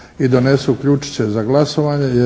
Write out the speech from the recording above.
i donesu ključiće za glasovanje